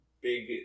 big